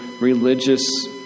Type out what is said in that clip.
religious